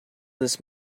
this